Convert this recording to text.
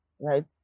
right